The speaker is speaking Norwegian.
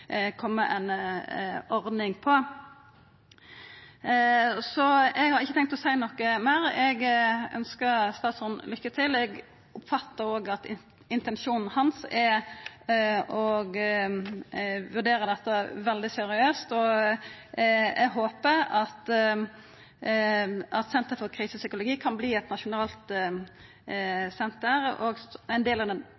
ordning på dette, formelt sett. Eg har ikkje tenkt å seia noko meir. Eg ønskjer statsråden lykke til. Eg oppfattar også at intensjonen hans er å vurdera dette veldig seriøst, og eg håpar at Senter for Krisepsykologi kan verta eit nasjonalt